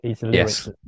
Yes